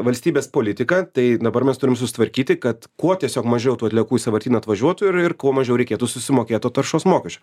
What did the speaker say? valstybės politika tai dabar mes turim susitvarkyti kad kuo tiesiog mažiau tų atliekų į sąvartyną atvažiuotų ir ir kuo mažiau reikėtų susimokėt to taršos mokesčio